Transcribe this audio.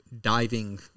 diving